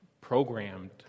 programmed